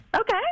Okay